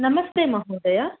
नमस्ते महोदय